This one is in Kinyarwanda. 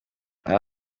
aha